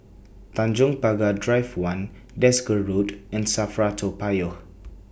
Tanjong Pagar Drive one Desker Road and SAFRA Toa Payoh